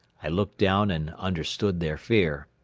i looked down and understood their fear.